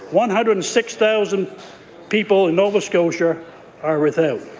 one hundred and six thousand people in nova scotia are without.